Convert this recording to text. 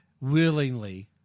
willingly –